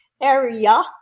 area